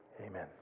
Amen